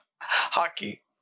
hockey